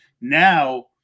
now